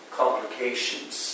complications